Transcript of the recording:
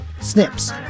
Snips